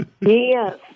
Yes